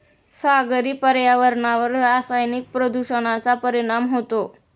सागरी पर्यावरणावर रासायनिक प्रदूषणाचा परिणाम होतो